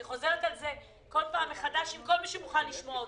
אני חוזרת על זה כל פעם מחדש עם כל מי שמוכן לשמוע אותי.